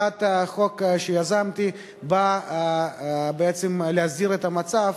הצעת החוק שיזמתי באה בעצם להסדיר את המצב